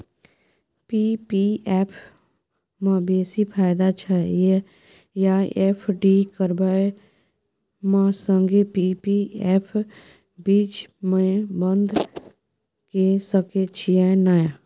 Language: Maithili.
पी.पी एफ म बेसी फायदा छै या एफ.डी करबै म संगे पी.पी एफ बीच म बन्द के सके छियै न?